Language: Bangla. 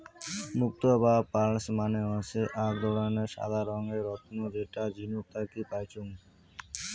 মুক্তো বা পার্লস মানে হসে আক ধরণের সাদা রঙের রত্ন যেটা ঝিনুক থাকি পাইচুঙ